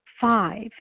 Five